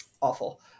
awful